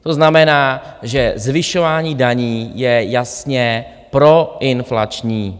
To znamená, že zvyšování daní je jasně proinflační.